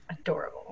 Adorable